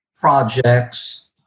projects